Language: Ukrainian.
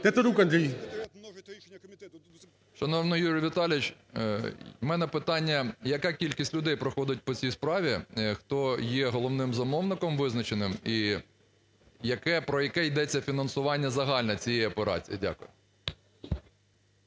Шановний Юрію Віталійовичу, у мене питання: яка кількість людей проходить по цій справі? Хто є головним замовником визначеним? І про яке йдеться фінансування загальне цієї операції? Дякую.